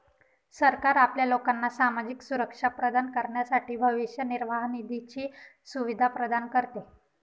सरकार आपल्या लोकांना सामाजिक सुरक्षा प्रदान करण्यासाठी भविष्य निर्वाह निधीची सुविधा प्रदान करते